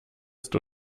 ist